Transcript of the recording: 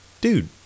dude